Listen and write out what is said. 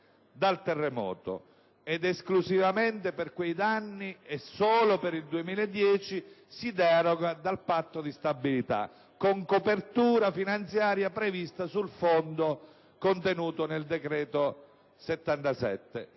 dal terremoto ed esclusivamente per quei danni e solo per il 2010 si deroga dal Patto di stabilita`, con copertura finanziaria prevista sul Fondo contenuto nel decreto n.